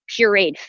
pureed